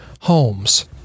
Holmes